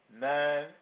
nine